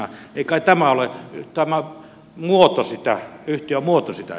ei kai tämä yhtiömuoto ole sitä estämässä